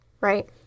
right